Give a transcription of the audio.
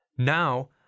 Now